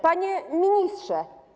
Panie Ministrze!